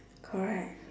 correct